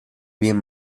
bien